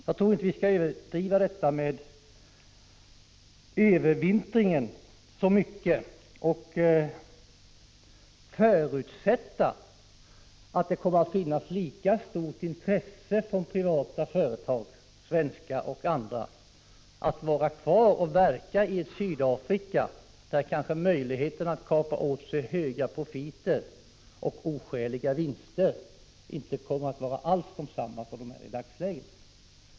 Jag tror inte att vi skall överdriva detta med övervintringen och förutsätta att det kommer att finnas lika stort intresse från privata företag, svenska och andra, att fortsätta att verka i ett Sydafrika där kanske möjligheterna att kapa åt sig höga profiter och göra oskäliga vinster inte alls kommer att vara vad de är i dagsläget.